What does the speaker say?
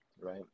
right